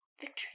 Victory